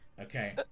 Okay